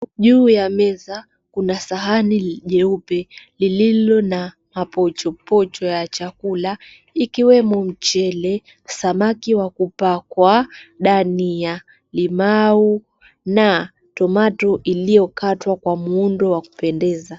Juu ya meza kuna sahani jeupe lililo na mapochopocho ya chakula ikiwemo mchele, samaki wa kupakwa, dania, limau na tomato iliyokatwa kwa muundo wa kupendeza.